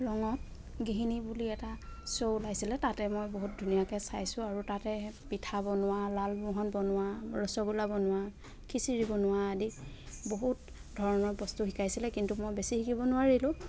ৰঙত গৃহিণী বুলি এটা শ্ব' ওলাইছিলে তাতে মই বহুত ধুনীয়াকৈ চাইছোঁ আৰু তাতে পিঠা বনোৱা লালমোহন বনোৱা ৰসগোল্লা বনোৱা খিচিৰি বনোৱা আদি বহুত ধৰণৰ বস্তু শিকাইছিলে কিন্তু মই বেছি শিকিব নোৱাৰিলোঁ